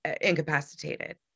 incapacitated